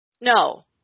No